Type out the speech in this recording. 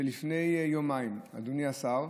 שלפני יומיים, אדוני השר,